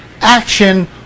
Action